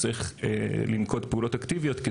לנקוט פעולות אקטיביות,